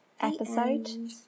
episode